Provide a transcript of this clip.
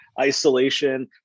isolation